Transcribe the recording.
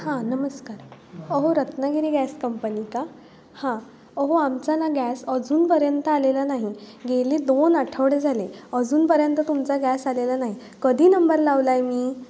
हां नमस्कार अहो रत्नागिरी गॅस कंपनी का हां अहो आमचा ना गॅस अजूनपर्यंत आलेला नाही गेले दोन आठवडे झाले अजूनपर्यंत तुमचा गॅस आलेला नाही कधी नंबर लावला आहे मी